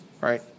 right